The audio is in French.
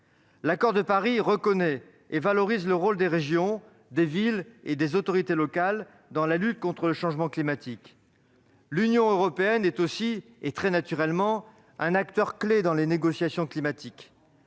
L'accord de Paris reconnaît et valorise le rôle des régions, des villes et des autorités locales dans la lutte contre le changement climatique. L'Union européenne est aussi, naturellement, un acteur clé dans les négociations climatiques.